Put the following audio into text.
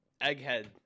egghead